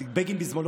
בגין בזמנו,